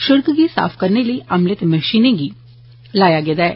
शिढ़क गी साफ करने लेई अमले ते मषीनें गी लाया गेदा ऐ